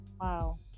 Wow